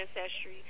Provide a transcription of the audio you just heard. ancestry